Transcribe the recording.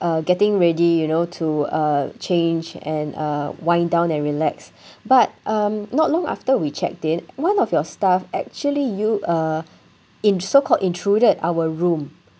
uh getting ready you know to uh change and uh wind down and relax but um not long after we checked in one of your staff actually you uh in~ so called intruded our room